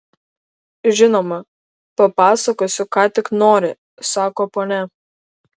žinoma papasakosiu ką tik nori sako ponia